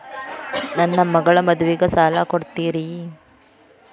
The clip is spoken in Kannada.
ನನ್ನ ಮಗಳ ಮದುವಿಗೆ ಸಾಲ ಕೊಡ್ತೇರಿ?